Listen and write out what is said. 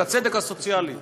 את הצדק הסוציאלי.